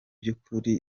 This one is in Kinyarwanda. by’ukuri